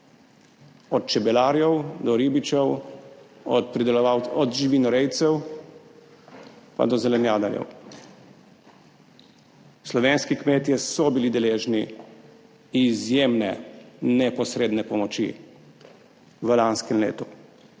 od čebelarjev do ribičev, od živinorejcev pa do zelenjadarjev. Slovenski kmetje so bili deležni izjemne neposredne pomoči v lanskem letu